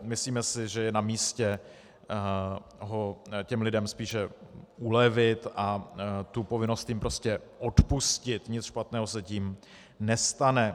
Myslíme si, že je namístě lidem spíše ulevit a povinnost jim prostě odpustit, nic špatného se tím nestane.